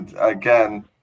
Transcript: again